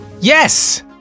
Yes